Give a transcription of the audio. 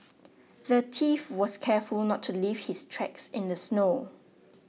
the thief was careful not to leave his tracks in the snow